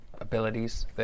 abilities